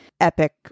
epic